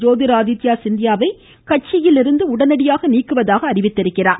ஜோதிர் ஆதித்ய சிந்தியாவை கட்சியிலிருந்து உடனடியாக நீக்குவதாக அறிவித்துள்ளார்